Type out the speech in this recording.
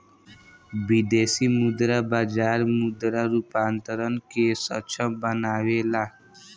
विदेशी मुद्रा बाजार मुद्रा रूपांतरण के सक्षम बनावेला